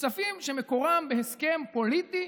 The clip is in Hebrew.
שמקורם בהסכם פוליטי,